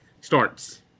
starts